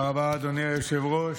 תודה רבה, אדוני היושב-ראש.